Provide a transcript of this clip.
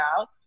out